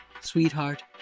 sweetheart